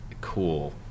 cool